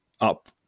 up